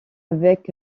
avec